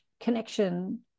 connection